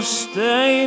stay